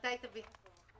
מתי תביא?